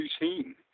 routine